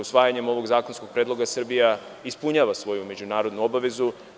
Usvajanjem ovog zakonskog predloga Srbija ispunjava svoju međunarodnu obavezu.